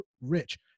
rich